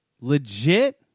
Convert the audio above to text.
legit